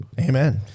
Amen